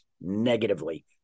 negatively